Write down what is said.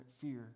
fear